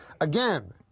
Again